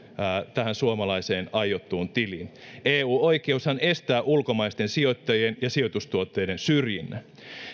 tähän suomalaiseen aiottuun tiliin eu oikeushan estää ulkomaisten sijoittajien ja sijoitustuotteiden syrjinnän